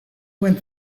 went